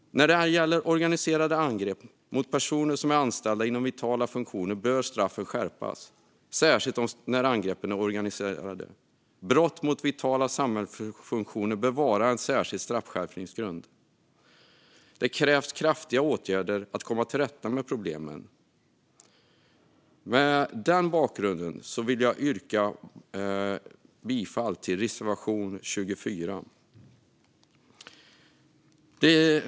När det gäller angrepp mot personer som är anställda inom vitala funktioner bör straffen skärpas, särskilt när angreppen är organiserade. Brott mot vitala samhällsfunktioner bör vara en särskild straffskärpningsgrund. Det krävs kraftiga åtgärder för att komma till rätta med problemen. Mot denna bakgrund yrkar jag bifall till reservation 24.